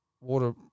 water